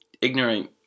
ignorant